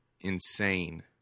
insane